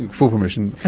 and full permission!